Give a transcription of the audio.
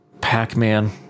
Pac-Man